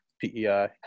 PEI